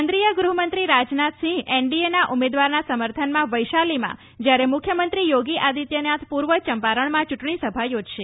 કેન્દ્રીય ગૃહમંત્રી રાજનાથસિંહને એનડીએના ઉમેદવારના સમર્થનમાં વૈશાલીમાં જ્યારે મુખ્યમંત્રી યોગી આદિત્યનાથ પૂર્વ ચંપારણમાં ચૂંટણી સભા યોજશે